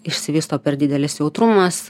išsivysto per didelis jautrumas